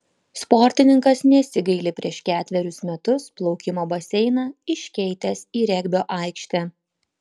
sportininkas nesigaili prieš ketverius metus plaukimo baseiną iškeitęs į regbio aikštę